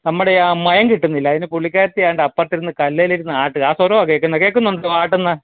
നമ്മുടെയാ മയം കിട്ടുന്നില്ല അതിന് പുള്ളിക്കാരത്തിയാണ്ടപ്പുറത്തിരുന്ന് കല്ലേലിരുന്നു ആട്ടുക ആ സ്വരമാണ് കേൾക്കുന്നത് കേൾക്കുന്നുണ്ടോ ആട്ടുന്നത്